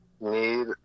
need